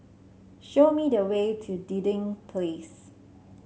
show me the way to Dinding Place